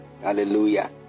Hallelujah